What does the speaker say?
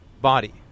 body